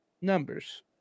numbers